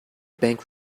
bank